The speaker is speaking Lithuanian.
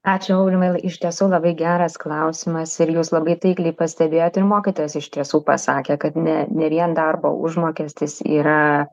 ačiū aurimai iš tiesų labai geras klausimas ir jūs labai taikliai pastebėjot ir mokytojas iš tiesų pasakė kad ne ne vien darbo užmokestis yra